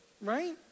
right